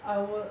I will